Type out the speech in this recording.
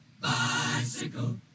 bicycle